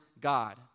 God